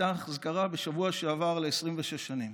הייתה אזכרה בשבוע שעבר ל-26 שנים.